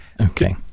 Okay